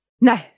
no